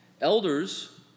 elders